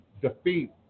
defeat